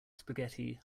spaghetti